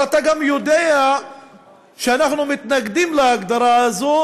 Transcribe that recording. אבל אתה גם יודע שאנחנו מתנגדים להגדרה הזאת,